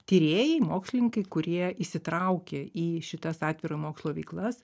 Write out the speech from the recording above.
tyrėjai mokslininkai kurie įsitraukė į šitas atviro mokslo veiklas